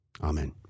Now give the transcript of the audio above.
Amen